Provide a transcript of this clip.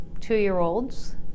two-year-olds